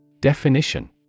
Definition